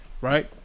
Right